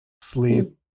sleep